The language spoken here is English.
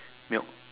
milk